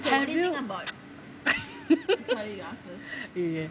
have you okay okay